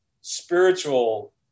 spiritual